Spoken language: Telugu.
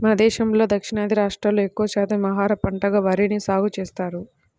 మన దేశంలో దక్షిణాది రాష్ట్రాల్లో ఎక్కువ శాతం ఆహార పంటగా వరిని సాగుచేస్తున్నారు